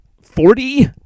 Forty